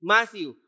Matthew